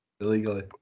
illegally